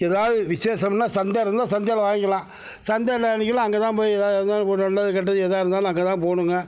எதாவது விஷேசம்னா சந்தை இருந்தால் சந்தையில் வாங்கிக்கலாம் சந்தை இல்லாத அன்னக்கெல்லாம் அங்கேதான் போய் எதாக இருந்தாலும் ஒரு நல்லது கெட்டது எதாக இருந்தாலும் அங்கேதான் போகணுங்க